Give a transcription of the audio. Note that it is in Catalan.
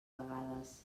vegades